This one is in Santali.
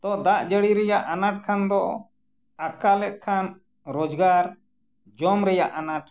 ᱛᱚ ᱫᱟᱜ ᱡᱟᱹᱲᱤ ᱨᱮᱭᱟᱜ ᱟᱱᱟᱴ ᱠᱷᱟᱱ ᱫᱚ ᱟᱠᱟᱞᱮᱫ ᱠᱷᱟᱱ ᱨᱚᱡᱜᱟᱨ ᱡᱚᱢ ᱨᱮᱭᱟᱜ ᱟᱱᱟᱴ